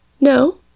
No